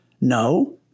no